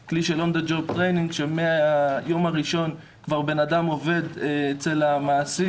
של הכשרה בהתאמה שמהיום הראשון בן אדם עובד אצל המעסיק